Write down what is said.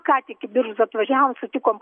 ką tik į biržus atvažiavom sutikom